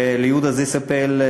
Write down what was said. וליהודה זיסאפל,